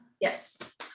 yes